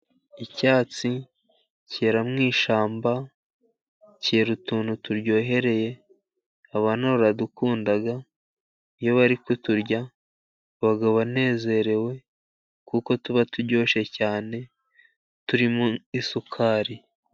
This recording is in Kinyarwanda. Icyatsi cyera mu ishyamba. Cyera utuntu turyohereye abana baradukunda. Iyo bari kuturya baba banezerewe, kuko tuba turyoshye cyane, turimo isukari.